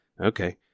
Okay